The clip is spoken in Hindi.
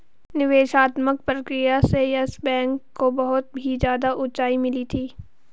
निवेशात्मक प्रक्रिया से येस बैंक को बहुत ही ज्यादा उंचाई मिली थी